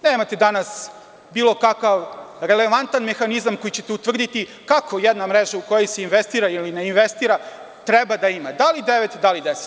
Nemate danas bilo kakav relevantan mehanizam kojim će utvrditi kako jedna mreža u koju se investira ili ne investira treba da ima, da li 9 da li 10?